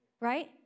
right